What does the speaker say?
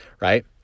right